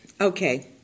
Okay